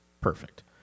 perfect